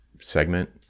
segment